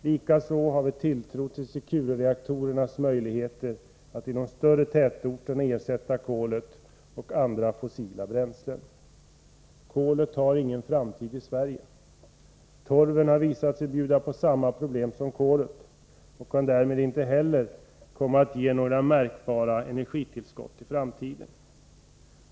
Likaså har vi tilltro till Securereaktorernas möjligheter att i de större tätorterna ersätta kolet och andra fossila bränslen. Kolet har ingen framtid i Sverige. Torven har visat sig bjuda samma problem som kolet och kan därmed inte heller ge några märkbara energitillskott i framtiden.